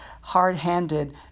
hard-handed